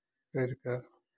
करि कऽ